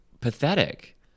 pathetic